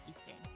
Eastern